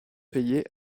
payé